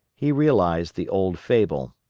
he realized the old fable.